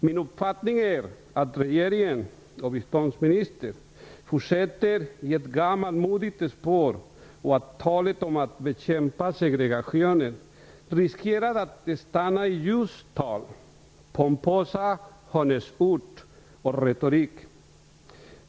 Min uppfattning är att regeringen och biståndsministern fortsätter i ett gammalmodigt spår och att talet om att bekämpa segregationen riskerar att stanna i just tal, pompösa honnörsord och retorik.